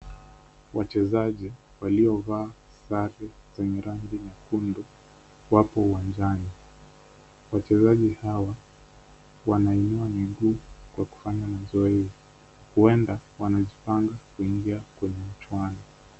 Wachezaji waliovaa sare zenye rangi nyekundu wapo uwanjani. Wachezaji hawa wanainua miguu kwa kufanya mazoezi, huenda wanajipanga kuingia kwenye mchuano.